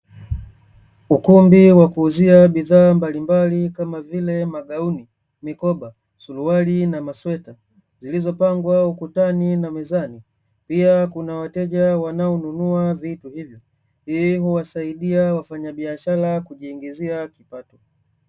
Ukumbi wa kuuzia bidhaa mbalimbali kama vile; magauni, mikoba, suruali na masweta zilizopangwa ukutani na mezani pia kuna wateja wanaonunua vitu hivyo, hii huwasaidia wafanya biashara kujiingizia kipato.